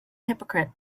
hypocrite